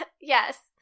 yes